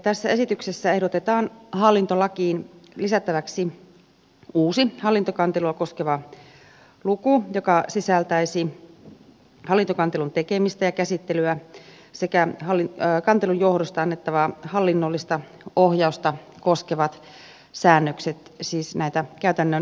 tässä esityksessä ehdotetaan hallintolakiin lisättäväksi uusi hallintokantelua koskeva luku joka sisältäisi hallintokantelun tekemistä ja käsittelyä sekä kantelun johdosta annettavaa hallinnollista ohjausta koskevat säännökset siis näitä käytännön ohjeita